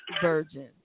virgin